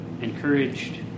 encouraged